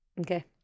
Okay